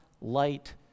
light